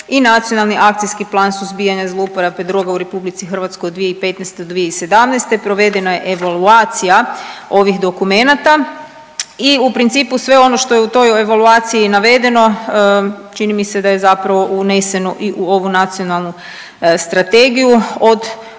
i Nacionalni akcijski plan suzbijanja zlouporaba droga u RH 2015.-2017., provedena je evaluacija ovih dokumenata i u principu, sve ono što je u toj evaluaciji navedeno, čini mi se da je zapravo uneseno i u ovu Nacionalnu strategiju, od